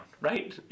right